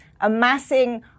amassing